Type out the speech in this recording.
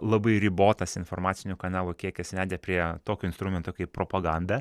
labai ribotas informacinių kanalų kiekis vedė prie tokio instrumento kaip propaganda